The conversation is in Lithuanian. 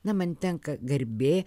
na man tenka garbė